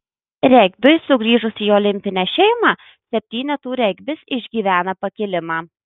regbiui sugrįžus į olimpinę šeimą septynetų regbis išgyvena pakilimą